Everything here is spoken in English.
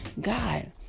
God